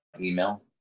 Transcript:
email